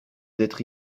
d’être